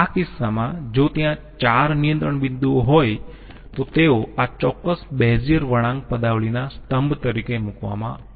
આ કિસ્સામાં જો ત્યાં 4 નિયંત્રણ બિંદુઓ હોય તો તેઓ આ ચોક્કસ બેઝિયર વળાંક પદાવલિના સ્તંભ તરીકે મૂકવામાં આવે છે